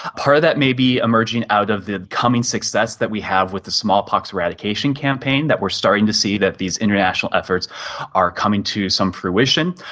ah that may be emerging out of the coming success that we have with the smallpox eradication campaign, that we are starting to see that these international efforts are coming to some fruition.